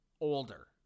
older